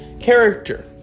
character